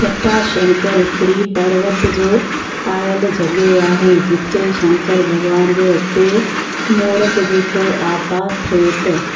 जटाशंकर हिकिड़ी पर्वत जो आयल जॻह आहे जिते शंकर भॻवान जो हुते मोर ते जेको आभास थिए थो